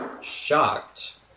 shocked